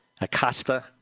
Acosta